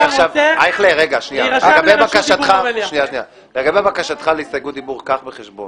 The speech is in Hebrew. אייכלר, לגבי בקשתך להסתייגות דיבור - קח בחשבון